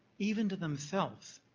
even to themselves.